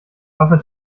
affe